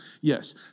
yes